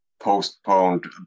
postponed